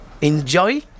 enjoy